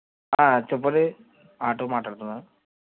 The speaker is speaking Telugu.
చెప్పురి ఆటో మాట్లాడుతున్నాను